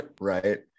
right